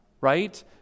Right